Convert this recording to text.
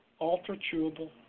ultra-chewable